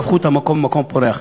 והפכו את המקום למקום פורח.